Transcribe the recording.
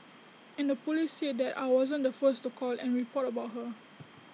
and the Police said that I wasn't the first to call and report about her